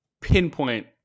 pinpoint